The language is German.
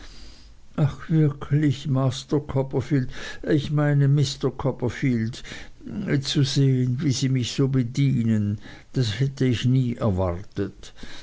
ach wirklich master copperfield ich meine mister copperfield zu sehen wie sie mich so bedienen das hätte ich nie erwartet